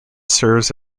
serves